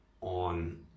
on